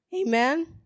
Amen